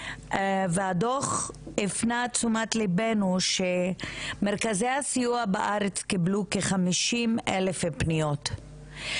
והדוח הפנה את תשומת ליבנו שמרכזי הסיוע בארץ קיבלו כחמישים אלף פניות,